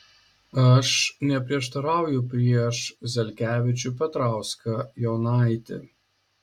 aš neprieštarauju prieš zelkevičių petrauską jonaitį